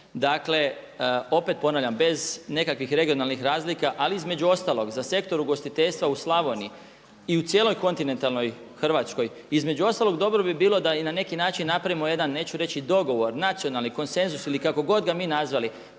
dakle opet ponavljam bez nekakvih regionalnih razlika, ali između ostalog za sektor ugostiteljstva u Slavoniji i u cijeloj kontinentalnoj Hrvatskoj, između ostalog dobro bi bilo da na neki način napravimo jedan, neću reći dogovor, nacionalni konsenzus ili kako god ga mi nazvali,